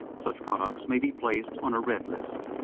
such products may be placed on a red list.